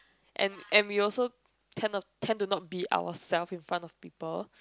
and and we also tend of tend to not be yourself in front of people